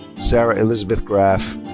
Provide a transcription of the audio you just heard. sarah elizabeth graff.